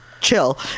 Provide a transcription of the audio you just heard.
chill